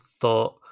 thought